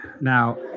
Now